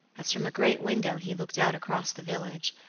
as from a great window he looked out across the village,